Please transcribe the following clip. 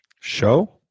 Show